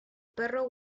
perro